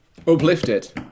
Uplifted